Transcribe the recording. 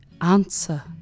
answer